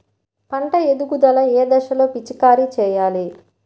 పంట ఎదుగుదల ఏ దశలో పిచికారీ చేయాలి?